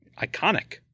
Iconic